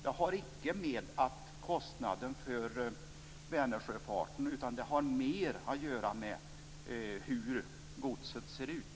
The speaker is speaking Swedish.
Det har icke att göra med kostnaden för Vänersjöfarten. Det har mer att göra med hur godset ser ut.